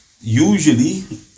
Usually